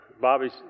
Bobby's